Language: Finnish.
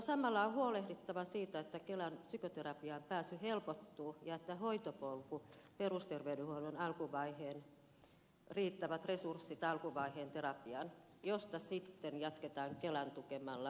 samalla on huolehdittava siitä että kelan psykoterapiaan pääsy helpottuu ja että perusterveydenhuollon resurssit riittävät alkuvaiheen terapiaan josta sitten jatketaan kelan tukemalla psykoterapialla